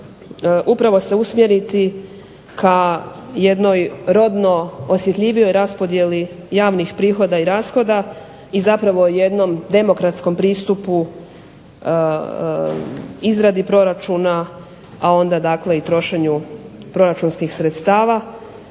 upravo se usmjeriti ka jednoj rodno osjetljivijoj raspodjeli javnih prihoda i rashoda i zapravo jednom demokratskom pristupu izradi proračuna, a onda dakle i trošenju proračunskih sredstava.